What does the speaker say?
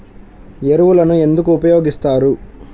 ఎరువులను ఎందుకు ఉపయోగిస్తారు?